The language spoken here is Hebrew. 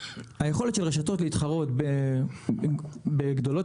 היכולת של הרשתות להתחרות ברשתות גדולות